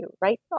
right